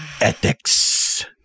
Ethics